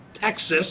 Texas